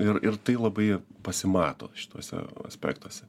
ir ir tai labai pasimato šituose aspektuose